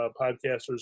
podcasters